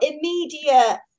immediate